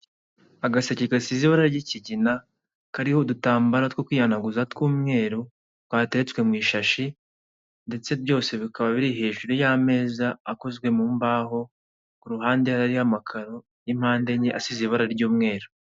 Agaseke kasize ibara ry'ikigina kariho udutambaro two kwihanaanguza tw'umweru twatetswe mu ishashi, ndetse byose bikaba biri hejuru y'ameza akozwe mu mbaho ku ruhande hariyo amakaro y'impande enye asize ibara ry'umweru.